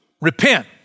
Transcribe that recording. repent